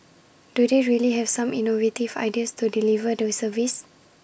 do they really have some innovative ideas to deliver the service